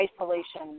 isolation